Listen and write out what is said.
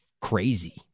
crazy